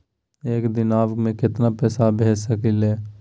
एक दिनवा मे केतना पैसवा भेज सकली हे?